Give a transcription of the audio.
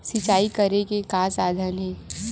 सिंचाई करे के का साधन हे?